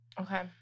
Okay